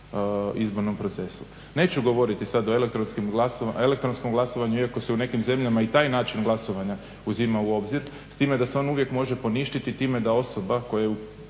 izbornom procesu. Neću govoriti sada o elektronskom glasovanju iako se u nekim zemljama i taj način glasovanja uzima u obzir s time da se on uvijek može poništiti time da osoba koja je